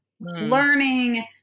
learning-